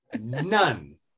none